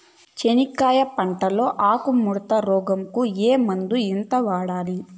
చెనక్కాయ పంట లో ఆకు ముడత రోగం కు ఏ మందు ఎంత వాడాలి?